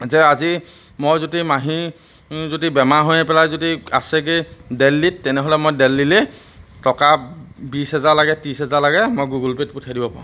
যে আজি মই যদি মাহী যদি বেমাৰ হৈ পেলাই যদি আছেগৈ দিল্লীত তেনেহ'লে মই দিল্লীলৈ টকা বিছ হেজাৰ লাগে ত্ৰিছ হেজাৰ লাগে মই গুগল পে'ত পঠিয়াই দিব পাৰোঁ